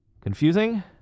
confusing